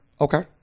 Okay